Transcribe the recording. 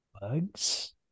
bugs